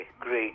great